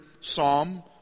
Psalm